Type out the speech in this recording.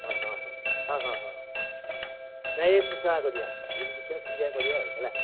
ହଁ ହଁ ହଁ ହଁ ହଁ ହଁ ହଁ ନାଇଁ କରିବା ଯେମିତି ଦେଖିବା ସେମିତିଆ କରିବା ଆଉ ହେଲା